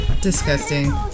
Disgusting